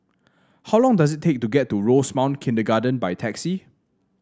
how long does it take to get to Rosemount Kindergarten by taxi